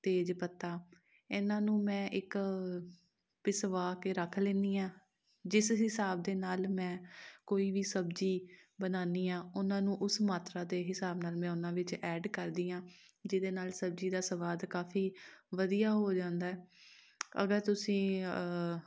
ਤੇਜ ਪੱਤਾ ਇਹਨਾਂ ਨੂੰ ਮੈਂ ਇੱਕ ਪਿਸਵਾ ਕੇ ਰੱਖ ਲੈਂਦੀ ਹਾਂ ਜਿਸ ਹਿਸਾਬ ਦੇ ਨਾਲ ਮੈਂ ਕੋਈ ਵੀ ਸਬਜ਼ੀ ਬਣਾਉਂਦੀ ਹਾਂ ਓਹਨਾਂ ਨੂੰ ਉਸ ਮਾਤਰਾ ਦੇ ਹਿਸਾਬ ਨਾਲ ਮੈਂ ਓਹਨਾਂ ਵਿੱਚ ਐਡ ਕਰਦੀ ਹਾਂ ਜਿਹਦੇ ਨਾਲ ਸਬਜ਼ੀ ਦਾ ਸਵਾਦ ਕਾਫੀ ਵਧੀਆ ਹੋ ਜਾਂਦਾ ਅਗਰ ਤੁਸੀਂ